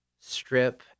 strip